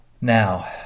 Now